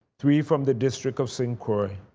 three from the district of st. croix,